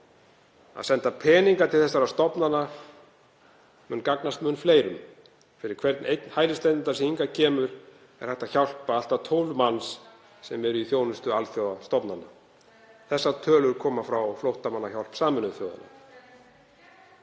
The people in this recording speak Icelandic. Að senda peninga til þessara stofnana mun gagnast mun fleirum. Fyrir hvern einn hælisleitanda sem hingað kemur er hægt að hjálpa allt að 12 manns sem eru í þjónustu alþjóðastofnana. Þessar tölur koma frá Flóttamannahjálp Sameinuðu þjóðanna.